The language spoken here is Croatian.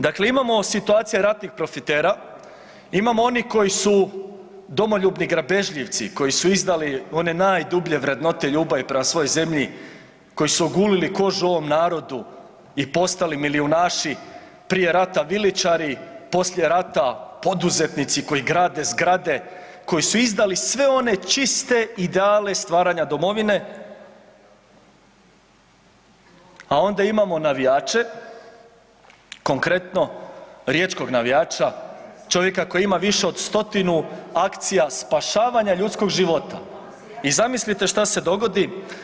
Dakle, imamo situacija ratnih profitera, imamo onih koji su domoljubni grabežljivci, koji su izdali one najdublje vrednote ljubavi prema svojoj zemlji, koji su ogulili kožu ovom narodu i postali milijunaši prije rata, viličari poslije rata, poduzetnici koji grade zgrade, koji su izdali sve one čiste ideale stvaranja domovine a onda imamo navijače, konkretno riječkog navijača, čovjeka koja ima više od 100 akcija spašavanja ljudskog života i zamislite šta se dogodi?